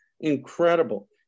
incredible